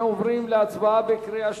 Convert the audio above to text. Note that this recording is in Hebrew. אנחנו עוברים להצבעה בקריאה שלישית.